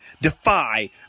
Defy